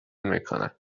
میکنن